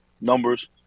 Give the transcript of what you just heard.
numbers